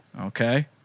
Okay